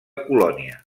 colònia